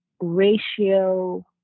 ratio